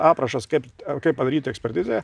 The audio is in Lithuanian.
aprašas kaip kaip padaryti ekspertizę